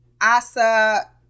Asa